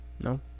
no